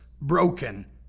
broken